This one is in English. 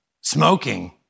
smoking